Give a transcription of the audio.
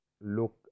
look